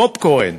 פופקורן.